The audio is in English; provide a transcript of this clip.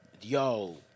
yo